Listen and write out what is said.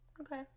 Okay